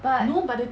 but